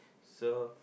so